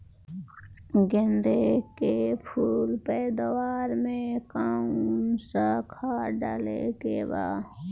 गेदे के फूल पैदवार मे काउन् सा खाद डाले के बा?